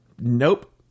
nope